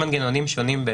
מנגנונים שונים.